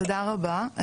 תודה רבה,